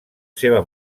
seva